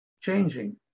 changing